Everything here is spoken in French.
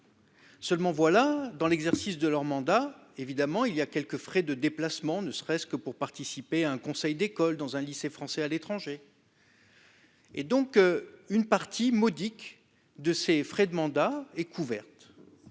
Seulement, voilà : dans l'exercice de leur mandat, ils supportent évidemment des frais de déplacements, ne serait-ce que pour participer à un conseil d'école dans un lycée français à l'étranger. Une partie modique de ces frais de mandat est couverte.